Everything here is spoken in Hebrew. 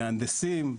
ממהנדסים,